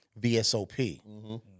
VSOP